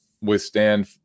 withstand